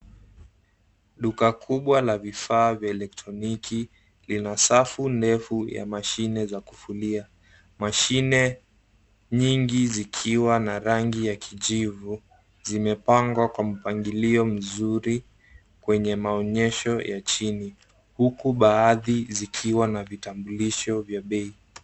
Duka kubwa la vifaa vya elektroniki lina safu ndefu ya mashine za kufulia. Mashine nyingi zikiwa na rangi ya kijivu zimepangwa kwa mpangilio mzuri kwenye maonyesho ya chini huku baadhi zikiwa na vitambulusho vya bei.